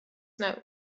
note